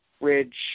Ridge